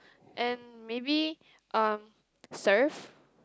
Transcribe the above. and maybe uh surf